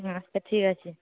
আচ্ছা ঠিক আছে